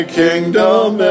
kingdom